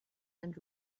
and